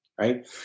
Right